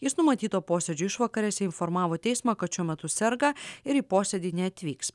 jis numatyto posėdžio išvakarėse informavo teismą kad šiuo metu serga ir į posėdį neatvyks